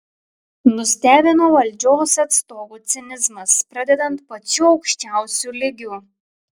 nustebino valdžios atstovų cinizmas pradedant pačiu aukščiausiu lygiu